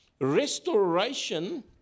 Restoration